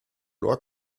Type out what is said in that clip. loi